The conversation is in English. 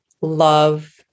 love